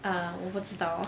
uh 我不知道